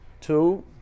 two